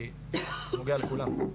כי זה נוגע לכולם.